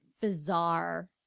bizarre